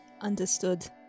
Understood